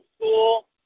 school